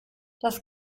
das